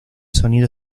sonido